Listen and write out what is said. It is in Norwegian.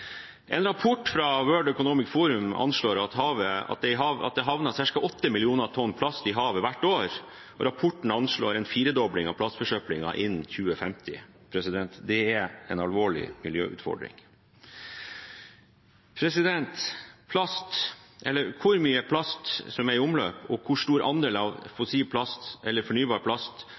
En rapport fra World Economic Forum anslår at det havner ca. 8 mill. tonn plast i havet hvert år. Rapporten anslår en firedobling av plastforsøplingen innen 2050. Det er en alvorlig miljøutfordring. Hvor mye plast som er i omløp, og hvor stor andel fossil plast, fornybar plast